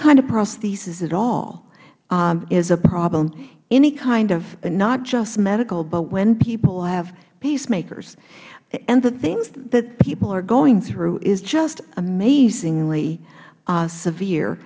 kind of prosthesis at all is a problem any kind of not just medical but when people have pacemakers and the things that people are going through is just amazingly severe